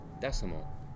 decimal